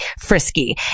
frisky